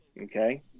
Okay